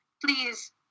Please